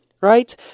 right